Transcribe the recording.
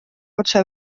otse